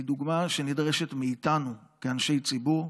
היא דוגמה שנדרשת מאיתנו כאנשי ציבור,